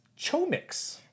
Chomix